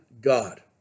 God